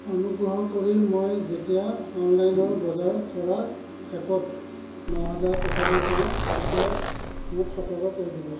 অনুগ্ৰহ কৰি মই যেতিয়া অনলাইন বজাৰ কৰা এপত ন হাজাৰ টকালৈ যাওঁ তেতিয়া মোক সতৰ্ক কৰি দিব